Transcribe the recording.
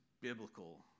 biblical